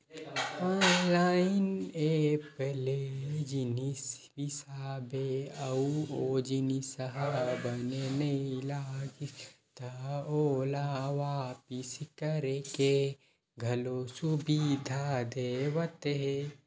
online app ले जिनिस बिसाबे अउ ओ जिनिस ह बने नइ लागिस त ओला वापिस करे के घलो सुबिधा देवत हे